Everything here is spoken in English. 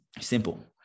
Simple